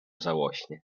żałośnie